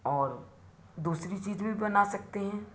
और दूसरी चीज़ भी बना सकते हैं